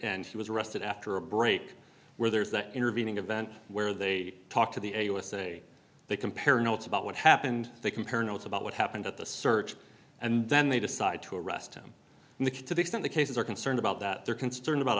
end he was arrested after a break where there's that intervening event where they talk to the usa they compare notes about what happened they compare notes about what happened at the search and then they decide to arrest him and the kid to the extent the cases are concerned about that they're concerned about